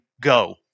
go